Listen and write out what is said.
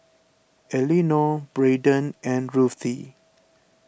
Elinore Braydon and Ruthie